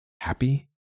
happy